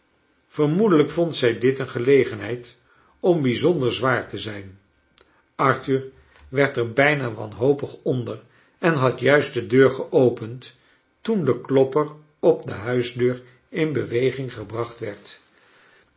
vermoedelijk vond zij dit een gelegenheid om bijzonder zwaar te zijn arthur werd er bijna wanhopig onder en had juist de deur geopend toen de klopper op de huisdeur in beweging gebracht werd